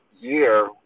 year